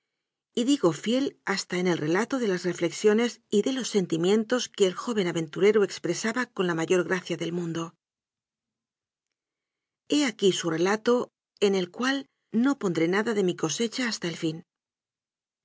narración y digo fiel hasta en el rela to de las reflexiones y de los sentimientos que ei joven aventurero expresaba con la mayor gracia del mundo he aquí su relato en el cual no pondré nada de mi cosecha hasta el fin